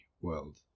world